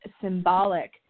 symbolic